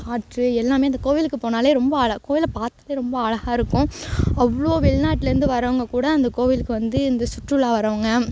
காற்று எல்லாம் அந்த கோவிலுக்கு போனாலே ரொம்ப அழ கோவிலை பார்க்கவே ரொம்ப அழகாக இருக்கும் அவ்வளோ வெளிநாட்டிலேருந்து வரவங்க கூட அந்த கோவிலுக்கு வந்து இந்த சுற்றுலா வரவங்க